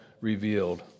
revealed